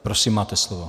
Prosím máte slovo.